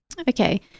Okay